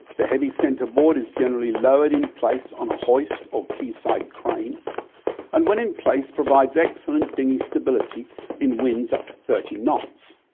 the heavy centre board is generally lowered in place on a hoist or quayside crane and when in place provides excellent dinghy stability in winds up to thirty knots.